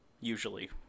usually